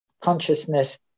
consciousness